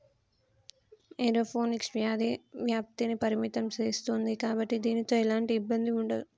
aeroponics వ్యాధి వ్యాప్తిని పరిమితం సేస్తుంది కాబట్టి దీనితో ఎలాంటి ఇబ్బంది ఉండదు